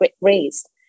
raised